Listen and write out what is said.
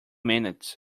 minutes